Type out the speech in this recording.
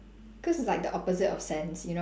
cause it's like the opposite of sense you know